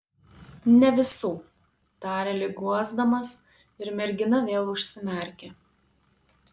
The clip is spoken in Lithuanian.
ne visų tarė lyg guosdamas ir mergina vėl užsimerkė